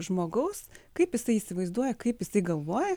žmogaus kaip jisai įsivaizduoja kaip jisai galvoja